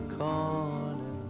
corner